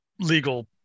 legal